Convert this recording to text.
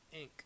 Inc